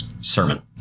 Sermon